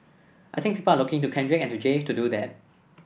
I think people are looking to Kendrick and to Jay to do that